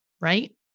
right